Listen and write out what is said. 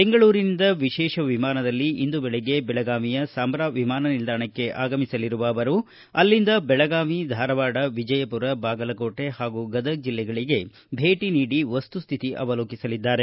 ಬೆಂಗಳೂರಿನಿಂದ ವಿಶೇಷ ವಿಮಾನದಲ್ಲಿ ಇಂದು ಬೆಳಿಗ್ಗೆ ಬೆಳಗಾವಿಯ ಸಾಂಬ್ರಾ ವಿಮಾನ ನಿಲ್ದಾಣಕ್ಕೆ ಆಗಮಿಸಲಿರುವ ಅವರು ಅಲ್ಲಿಂದ ಬೆಳಗಾವಿ ಧಾರವಾಡ ವಿಜಯಪುರ ಬಾಗಲಕೋಟೆ ಹಾಗೂ ಗದಗ ಜಿಲ್ಲೆಗೆ ಭೇಟ ನೀಡಿ ವಸ್ತುಹಿತಿ ಅವಲೋಕಿಸಲಿದ್ದಾರೆ